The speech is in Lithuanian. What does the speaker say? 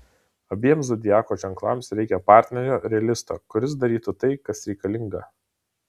abiem zodiako ženklams reikia partnerio realisto kuris darytų tai kas reikalinga